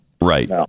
Right